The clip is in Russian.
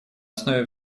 основе